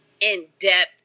in-depth